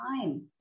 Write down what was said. time